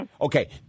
Okay